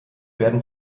werden